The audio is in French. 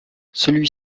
celui